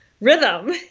rhythm